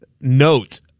note